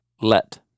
let